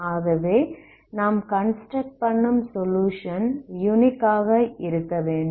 ஆகவே நாம் கன்ஸ்ட்ரக்ட் பண்ணும் சொலுயுஷன் யுனிக்காக இருக்கவேண்டும்